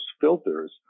filters